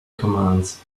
commands